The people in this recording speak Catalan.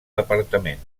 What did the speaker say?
departament